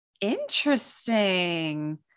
Interesting